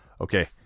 okay